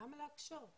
למה להקשות?